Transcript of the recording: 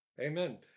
Amen